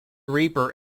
reaper